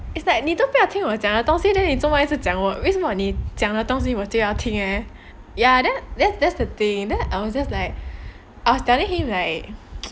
it's like 你都不要听我讲的东西 then 你做么一直讲我为什么你讲的东西我就要听 leh ya then that that's the thing then I was just like I was telling him like